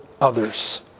others